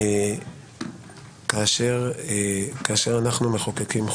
כאשר אנחנו מחוקקים חוק,